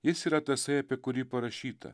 jis yra tasai apie kurį parašyta